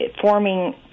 forming